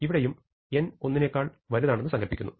ഇവിടെയും n 1 നേക്കാൾ വലുതാണെന്ന് സങ്കൽപ്പിക്കുന്നു